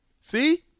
See